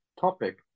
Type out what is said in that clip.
topic